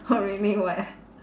not really [what]